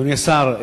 אדוני השר,